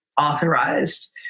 authorized